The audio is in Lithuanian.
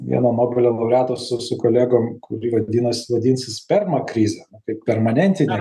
vieno nobelio laureato su su kolegom kuri vadinasi vadinsis perma krizė kaip permanentinė